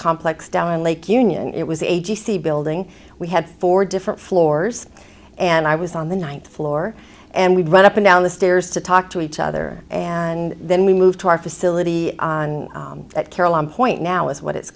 complex down in lake union it was a g c building we had four different floors and i was on the ninth floor and we'd run up and down the stairs to talk to each other and then we moved to our facility at caroline point now is what it's